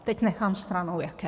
Teď nechám stranou jaké.